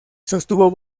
sostuvo